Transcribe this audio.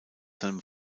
seinem